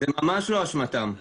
ממש לא אשמתם.